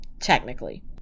technically